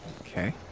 Okay